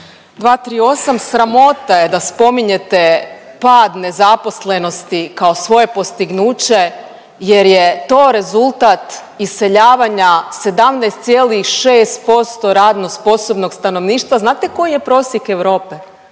238. sramota je da spominjete pad nezaposlenosti kao svoje postignuće, jer je to rezultat iseljavanja 17,6% radno sposobnog stanovništva. Znate koji je prosjek Europe?